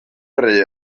yrru